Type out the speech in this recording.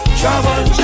trouble